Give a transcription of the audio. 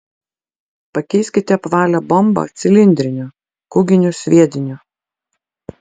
pakeiskite apvalią bombą cilindriniu kūginiu sviediniu